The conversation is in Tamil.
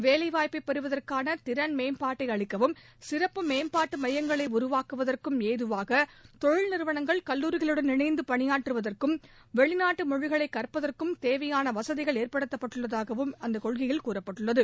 வேலைவாய்ப்பை பெறுவதற்கான திறன் மேம்பாட்டை அளிக்கவும் சிறப்பு மேம்பாட்டு மையங்களை உருவாக்குவதற்கும் ஏதுவாக தொழில் நிறுவனங்கள் கல்லூரிகளுடன் இணந்து வெளிநாட்டு மொழிகளை கற்பதற்கும் தேவையான பணியாற்றுவதற்கும் வசதிகள் ஏற்படுத்தப்பட்டுள்ளதாகவும் அந்த கொள்கையில் கூறப்பட்டுள்ளது